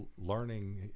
learning